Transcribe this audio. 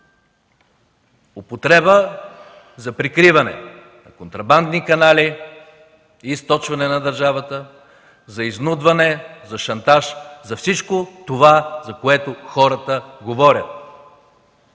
употреба за прикриване на контрабандни канали и източване на държавата, за изнудване, за шантаж, за всичко това, за което хората говорят.